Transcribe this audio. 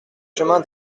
chemin